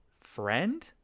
friend